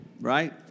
Right